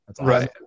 right